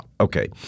Okay